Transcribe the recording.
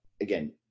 again